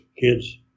kids